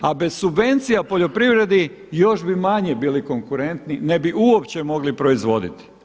A bez subvencija poljoprivredi još bi manje bili konkurentni, ne bi uopće mogli proizvoditi.